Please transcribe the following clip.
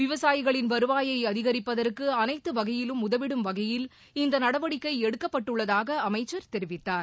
விவசாயிகளின் வருவாயைஅதிகரிப்பதற்குஅனைத்துவகையிலும் உதவிடும் வகையில் இந்தநடவடிக்கைஎடுக்கப்பட்டுள்ளதாகஅமைச்சர் தெரிவித்தார்